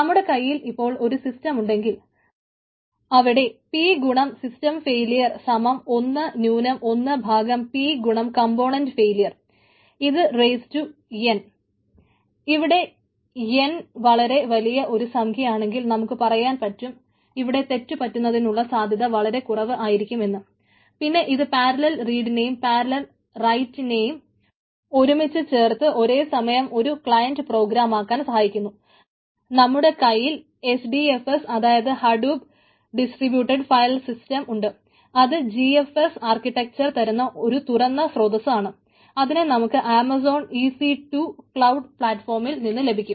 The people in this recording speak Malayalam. നമ്മുടെ കൈയിൽ ഇപ്പോൾ ഒരു സിസ്റ്റം നിന്നു ലഭിക്കും